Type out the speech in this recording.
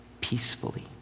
peacefully